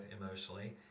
emotionally